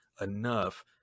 enough